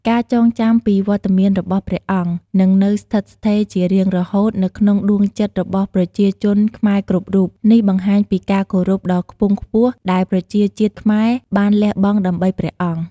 ការចងចាំពីវត្តមានរបស់ព្រះអង្គនឹងនៅស្ថិតស្ថេរជារៀងរហូតនៅក្នុងដួងចិត្តរបស់ប្រជាជនខ្មែរគ្រប់រូប នេះបង្ហាញពីការគោរពដ៏ខ្ពង់ខ្ពស់ដែលប្រជាជាតិខ្មែរបានលះបង់ដើម្បីព្រះអង្គ។